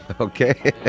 Okay